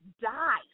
die